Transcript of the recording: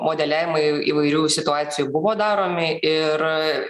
modeliavimai įvairių situacijų buvo daromi ir